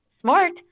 Smart